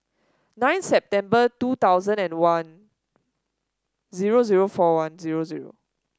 nine September two thousand and one zero zero four one zero zero